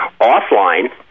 Offline